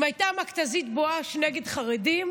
אם הייתה מכת"זית בואש נגד חרדים,